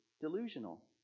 delusional